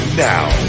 now